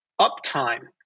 uptime